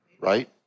right